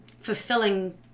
fulfilling